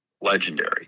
legendary